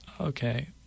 okay